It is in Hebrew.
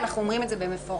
אנחנו אומרים את זה במפורש.